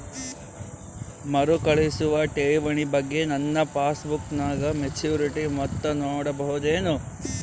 ಮರುಕಳಿಸುವ ಠೇವಣಿ ಬಗ್ಗೆ ನನ್ನ ಪಾಸ್ಬುಕ್ ನಾಗ ಮೆಚ್ಯೂರಿಟಿ ಮೊತ್ತ ನೋಡಬಹುದೆನು?